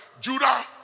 Judah